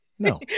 No